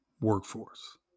workforce